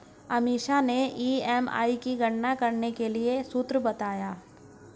अमीषा ने ई.एम.आई की गणना करने के लिए सूत्र बताए